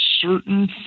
certain